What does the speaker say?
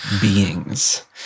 beings